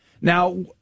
now